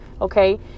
okay